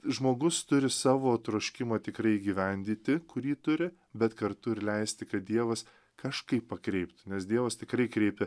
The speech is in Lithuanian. žmogus turi savo troškimą tikrai įgyvendyti kurį turi bet kartu ir leisti kad dievas kažkaip pakreipt nes dievas tikrai kreipia